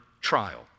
trial